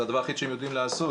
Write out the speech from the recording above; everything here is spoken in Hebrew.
זה הדבר היחידי שהם יודעים לעשות,